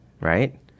right